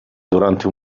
durante